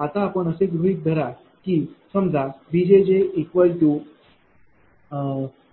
आता आपण असे गृहीत धरा की समजा bjj।V।2